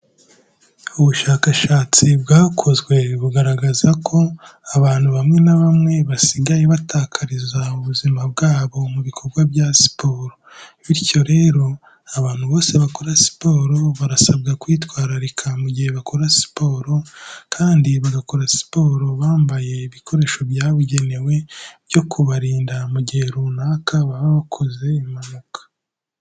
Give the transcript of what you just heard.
Ubushakashatsi bwakozwe bugaragaza ko abantu bamwe na bamwe basigaye batakariza ubuzima bwabo mu bikorwa bya siporo. Bityo rero, abantu bose bakora siporo barasabwa kwitwararika mu gihe bakora siporo kandi bagakora siporo bambaye ibikoresho byabugenewe byo kubarinda mu gihe runaka baba bakoze impanuka.